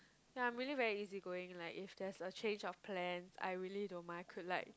yea I am really very easygoing like if there is a change of plan I really don't mind could like